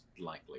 likely